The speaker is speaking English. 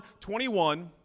21